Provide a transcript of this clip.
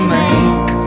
make